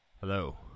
Hello